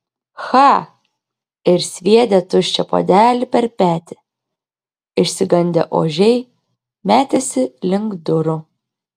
cha ir sviedė tuščią puodelį per petį išsigandę ožiai metėsi link durų